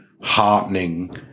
heartening